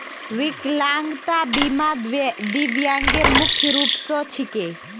विकलांगता बीमा दिव्यांगेर मुख्य रूप स छिके